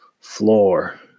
floor